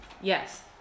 Yes